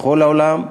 בכל העולם,